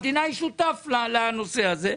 המדינה היא שותף לנושא הזה.